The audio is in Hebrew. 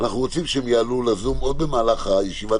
אנחנו רוצים שהם יעלו לזום עוד במהלך הישיבה.